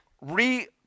re